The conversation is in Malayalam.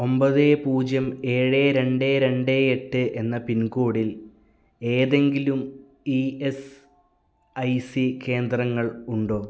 ഒൻപത് പൂജ്യം ഏഴ് രണ്ട് രണ്ട് എട്ട് എന്ന പിൻകോഡിൽ ഏതെങ്കിലും ഇ എസ് ഐ സി കേന്ദ്രങ്ങൾ ഉണ്ടോ